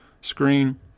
screen